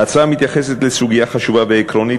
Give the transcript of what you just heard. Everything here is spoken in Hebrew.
ההצעה מתייחסת לסוגיה חשובה ועקרונית,